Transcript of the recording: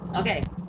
Okay